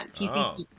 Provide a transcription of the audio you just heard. PCT